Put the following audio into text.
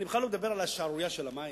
אני בכלל לא מדבר על השערורייה של המים,